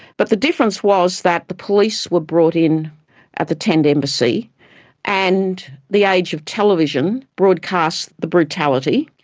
but the difference was that the police were brought in at the tent embassy and the age of television broadcast the brutality,